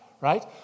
right